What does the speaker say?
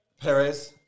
Perez